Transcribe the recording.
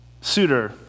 suitor